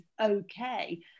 okay